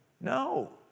No